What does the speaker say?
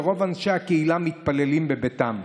ורוב אנשי הקהילה מתפללים בביתם.